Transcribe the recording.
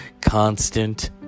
constant